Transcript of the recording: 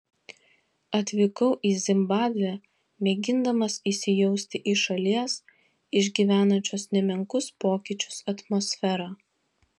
atvykau į zimbabvę mėgindamas įsijausti į šalies išgyvenančios nemenkus pokyčius atmosferą